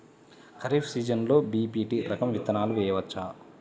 ఖరీఫ్ సీజన్లో బి.పీ.టీ రకం విత్తనాలు వేయవచ్చా?